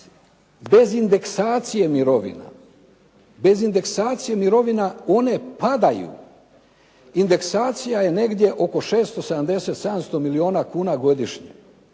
se i te mirovine, bez indeksacije mirovina one padaju. Indeksacija je negdje oko 670, 700 milijona kuna godišnje.